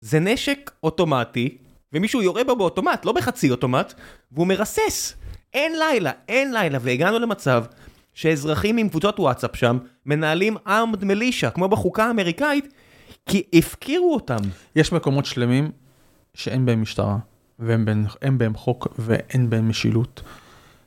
זה נשק אוטומטי, ומישהו יורה בו באוטומט, לא בחצי אוטומט, והוא מרסס. אין לילה, אין לילה, והגענו למצב שאזרחים עם קבוצות וואטסאפ שם, מנהלים armed militia, כמו בחוקה האמריקאית, כי הפקירו אותם. יש מקומות שלמים שאין בהם משטרה, ואין בהם חוק, ואין בהם משילות.